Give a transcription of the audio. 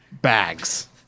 bags